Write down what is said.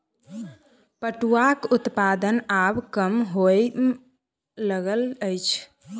पटुआक उत्पादन आब कम होमय लागल अछि